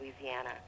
Louisiana